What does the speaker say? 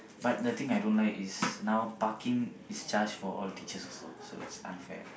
but the thing I don't like is now parking is charged for all teachers also so it's unfair